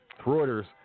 Reuters